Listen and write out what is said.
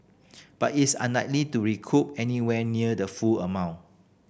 but it's unlikely to recoup anywhere near the full amount